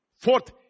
Fourth